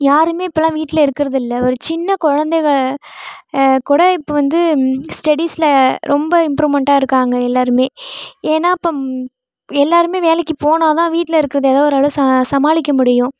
யாருமே இப்பெலாம் வீட்டில் இருக்கிறதில்ல ஒரு சின்ன குழந்தைக கூட இப்போ வந்து ஸ்டெடீஸில் ரொம்ப இம்ப்ரூவ்மெண்ட்டாக இருக்காங்க எல்லாேருமே ஏன்னால் இப்போ எல்லாேருமே வேலைக்கு போனால் தான் வீட்டில் இருக்கிறத ஏதோ ஓரளவு ச சமாளிக்க முடியும்